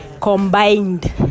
combined